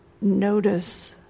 notice